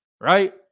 right